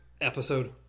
episode